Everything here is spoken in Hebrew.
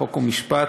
חוק ומשפט,